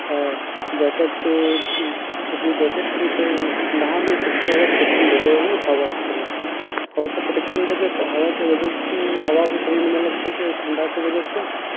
आ जैकेट चूँकि जैकेट छै तऽ ओ ठंडा मे सबसे जादा प्रोटेक्शन दै है ओ हवा से हवा से प्रोटेक्शन देबै तऽ हवा के वजह से ही हवा भी शरीर मे ना लग सके ओ ठंडा के वजह से